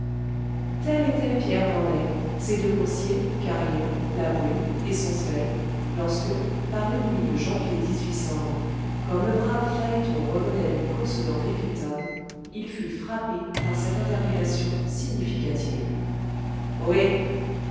tel était pierre morlaix ses deux coursiers carillon la brune et son sleigh lorsque par une nuit de janvier comme le brave phaéton revenait d'une course dans griffinton il fut frappé par cette interpellation significative